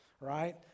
right